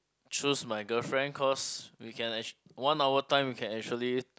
choose my girlfriend cause we can actually one hour time we can actually